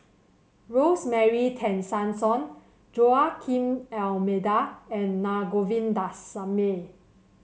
Rosemary Tessensohn Joaquim Almeida and Na Govindasamy